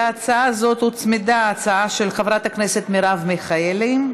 להצעה הזאת הוצמדה הצעה של חברת הכנסת מרב מיכאלי,